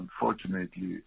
unfortunately